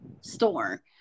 store